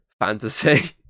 fantasy